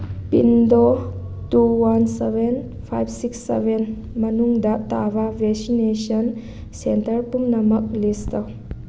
ꯄꯤꯟꯗꯣ two one seven five six seven ꯃꯅꯨꯡꯗ ꯇꯥꯕ vaccination centre ꯄꯨꯝꯅꯃꯛ ꯂꯤꯁ ꯇꯧ